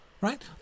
Right